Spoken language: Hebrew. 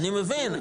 אני מבין,